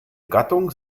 gattung